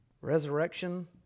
Resurrection